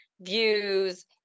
views